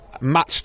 match